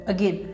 Again